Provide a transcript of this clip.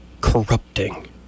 corrupting